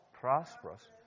Prosperous